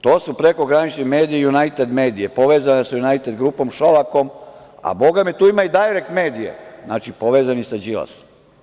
To su prekogranični mediji „Junajted medije“, povezani sa „Junajted grupom“, Šolakom, a bogami, tu ima i „Dajrekt medije“, znači, povezani sa Đilasom.